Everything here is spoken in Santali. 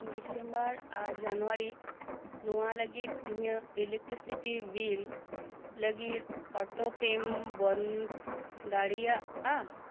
ᱰᱤᱥᱮᱢᱵᱚᱨ ᱟᱨ ᱡᱟᱱᱩᱣᱟᱨᱤ ᱱᱚᱣᱟ ᱞᱟᱹᱜᱤᱫ ᱤᱧᱟᱹᱜ ᱤᱞᱮᱠᱴᱨᱤᱥᱤᱴᱤ ᱵᱤᱞ ᱞᱟᱹᱜᱤᱫ ᱚᱴᱳᱯᱮ ᱵᱚᱸᱫᱽ ᱫᱟᱲᱮᱭᱟᱜᱼᱟ